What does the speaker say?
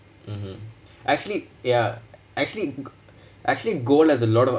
mmhmm actually ya actually g~ actually gold has a lot of